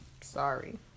Sorry